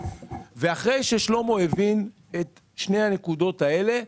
אחרי ששלמה הבין את שתי הנקודות האלה,